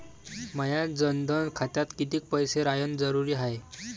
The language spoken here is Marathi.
माया जनधन खात्यात कितीक पैसे रायन जरुरी हाय?